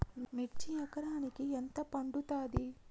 మిర్చి ఎకరానికి ఎంత పండుతది?